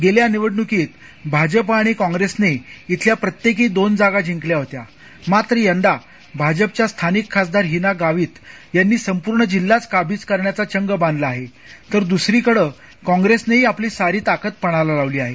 गेल्या निवडणुकीत भाजप आणि काँप्रेसने अल्या प्रत्येकी दोन जागा जिंकल्या होत्या मात्र यंदा भाजपच्या स्थानिक खासदार हिना गावित यांनी संपूर्ण जिल्हा कावीज करण्याचा चंग बांधला आहे तर दुसरीकडं काँग्रेसनेही आपली सारी ताकद पणाला लावली आहे